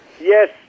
Yes